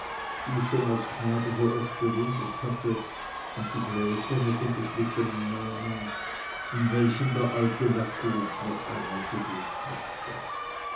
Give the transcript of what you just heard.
die ich schon als knabe so oft bewundert hatte und die gläser mit den geschliffenen namen in welchen der alte lacote noch einmal so gut schmeckte